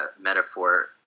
metaphor